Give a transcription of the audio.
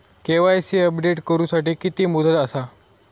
KYC update करू साठी किती मुदत आसा?